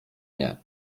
nie